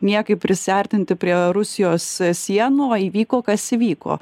niekaip prisiartinti prie rusijos sienų o įvyko kas įvyko